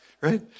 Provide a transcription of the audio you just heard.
right